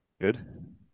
Good